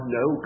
no